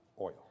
oil